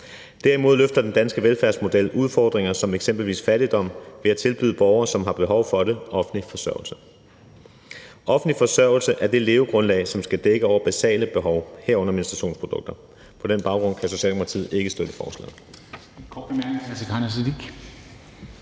Derimod løfter den danske velfærdsmodel udfordringer som eksempelvis fattigdom ved at tilbyde borgere, som har behov for det, offentlig forsørgelse. Offentlig forsørgelse er det levegrundlag, som skal dække over basale behov, herunder menstruationsprodukter. På den baggrund kan Socialdemokratiet ikke støtte